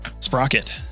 Sprocket